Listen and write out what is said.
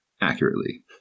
accurately